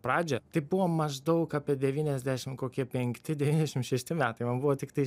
pradžią tai buvo maždaug apie devyniasdešim kokie penkti devyniasdešim šešti metai man buvo tiktai